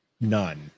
None